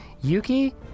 Yuki